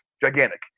gigantic